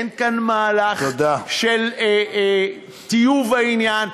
אין כאן מהלך של טיוב העניין,